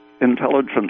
Intelligence